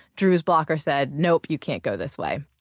dhruv's blocker said, nope, you can't go this way.